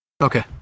Okay